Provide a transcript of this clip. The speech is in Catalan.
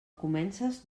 comences